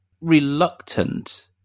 reluctant